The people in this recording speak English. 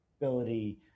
ability